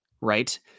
right